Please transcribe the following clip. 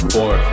Four